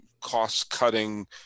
cost-cutting